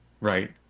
right